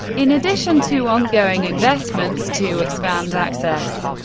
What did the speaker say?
in addition to on-going investments to expand access,